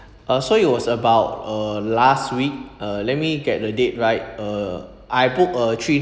uh so it was about uh last week uh let me get the date right uh I book a three